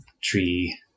tree